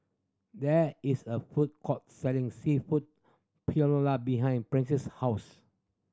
there is a food court selling Seafood Paella behind Princess' house